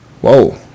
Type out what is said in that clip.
Whoa